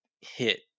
hit